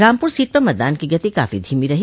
Rampur seat पर मतदान की गति काफी धीमी रही